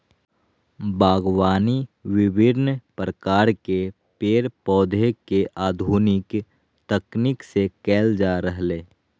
बागवानी विविन्न प्रकार के पेड़ पौधा के आधुनिक तकनीक से कैल जा रहलै